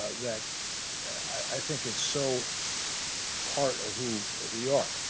that i think it's so part of who we are.